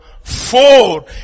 four